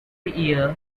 year